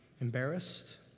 embarrassed